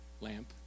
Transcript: lamp